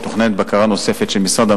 מתוכננת בקרה נוספת של המשרד,